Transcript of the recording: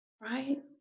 Right